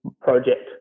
project